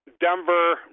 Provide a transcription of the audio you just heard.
Denver